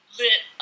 lit